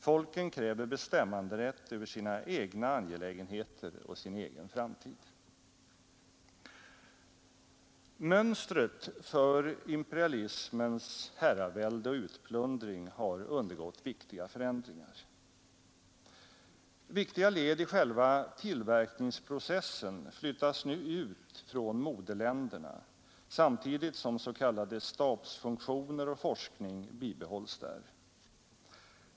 Folken kräver bestämmanderätt över sina egna angelägenheter och sin egen framtid. Mönstret för imperialismens herravälde och utplundring har undergått viktiga förändringar. Viktiga led i själva tillverkningsprocessen flyttas nu ut från de imperialistiska moderländerna, samtidigt som stabsfunktioner och forskning bibehålls där.